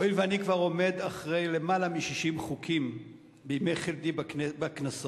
הואיל ואני כבר עומד אחרי למעלה מ-60 חוקים בימי חלדי בכנסות,